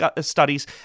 studies